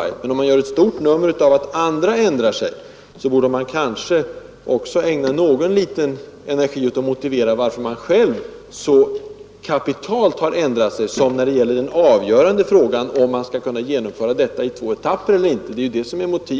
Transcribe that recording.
När man, som sagt, gör ett stort nummer av att andra ändrar sig, borde man kanske ägna någon energi åt att motivera varför man själv så kapitalt har ändrat sig i den avgörande frågan, nämligen huruvida reformen bör genomföras i två etapper eller inte. Det är ju uppdelningen som framförs som